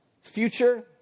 future